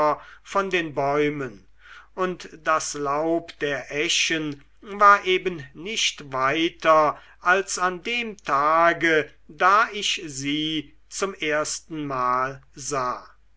von den bäumen und das laub der eschen war eben nicht weiter als an dem tage da ich sie zum erstenmal sah